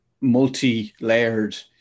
multi-layered